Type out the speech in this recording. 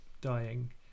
dying